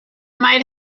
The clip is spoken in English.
might